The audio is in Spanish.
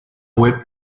web